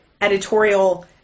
editorial